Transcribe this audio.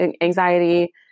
Anxiety